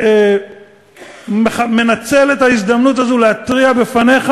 אני מנצל את ההזדמנות הזאת להתריע בפניך.